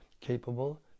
capable